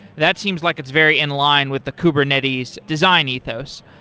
that seems like it's very in line with the kubernetes design ethos.